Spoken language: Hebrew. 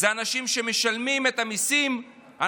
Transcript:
אנשים שמשלמים את המיסים,